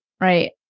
Right